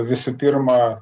visų pirma